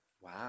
Wow